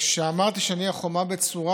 כשאמרתי שאני אהיה חומה בצורה,